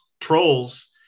trolls